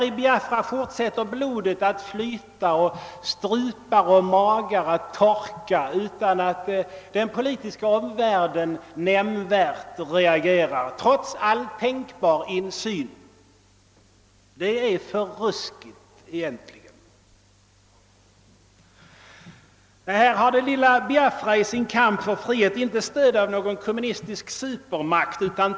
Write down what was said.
I Biafra fortsätter blodet att flyta och strupar och magar att torka utan att den politiska omvärlden nämnvärt reagerar, trots all tänkbar insyn. Det är verkligen för ruskigt. Det lilla Biafra har i sin kamp för frihet inte stöd av någon kommunistisk supermakt.